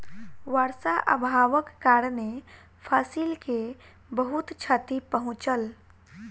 वर्षा अभावक कारणेँ फसिल के बहुत क्षति पहुँचल